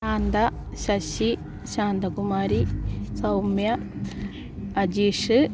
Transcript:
Shantha Sasi Santhakumari Soumya Ajeesh